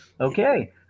Okay